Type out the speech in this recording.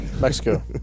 Mexico